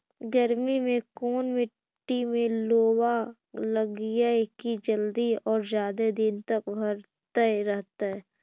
गर्मी में कोन मट्टी में लोबा लगियै कि जल्दी और जादे दिन तक भरतै रहतै?